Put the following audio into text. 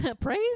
Praise